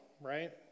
right